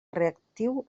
reactiu